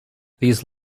these